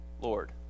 Lord